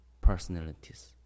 personalities